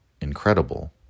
incredible